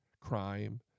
crime